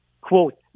quote